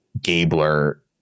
Gabler